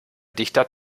dichter